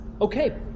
Okay